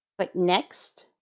but next